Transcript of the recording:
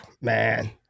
Man